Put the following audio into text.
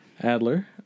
Adler